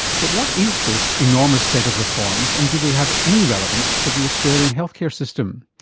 but what is this enormous set of reforms and do they have any relevance for the australian health care system?